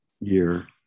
year